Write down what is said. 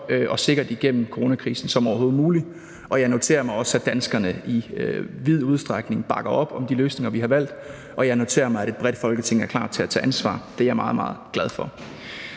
og sikkert igennem coronakrisen som overhovedet muligt. Jeg noterer mig også, at danskerne i vid udstrækning bakker op om de løsninger, vi har valgt, og jeg noterer mig, at et bredt Folketing er klar til at tage ansvar. Det er jeg meget, meget glad for.